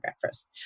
breakfast